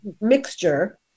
mixture